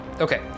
Okay